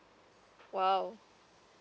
!wow!